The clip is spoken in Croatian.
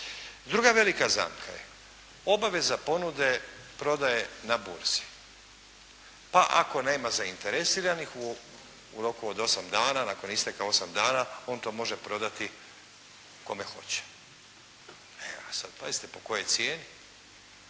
Druga velika zamka je obaveza ponude prodaje na burzi, pa ako nema zainteresiranih u roku od osam dana, nakon isteka osam dana on to može prodati kome hoće. E a sad pazite, po kojoj cijeni?